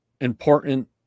important